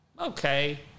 okay